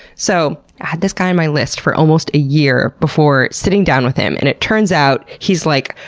so, i had this guy on my list for almost a year before sitting down with him, and it turns out, he's like,